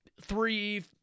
three